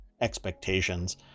expectations